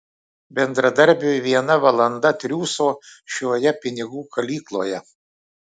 bendradarbiui viena valanda triūso šioje pinigų kalykloje